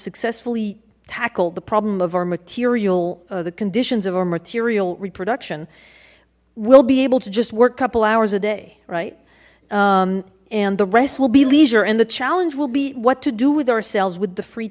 successfully tackled the problem of our material the conditions of our material reproduction we'll be able to just work couple hours a day right and the rest will be leisure and the challenge will be what to do with ourselves with